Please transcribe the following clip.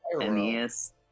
Aeneas